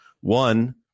One